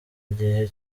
igihe